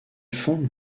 fonde